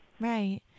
Right